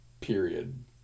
period